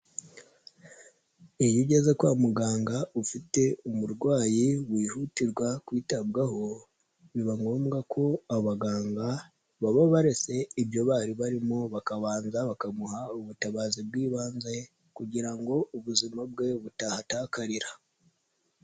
Iyo ageze kwa muganga ufite umurwayi wihutirwa kwitabwaho, biba ngombwa ko abaganga baba baretse ibyo bari barimo bakabanza bakaguha ubutabazi bw'ibanze kugira ngo ubuzima bwe butahatakarira.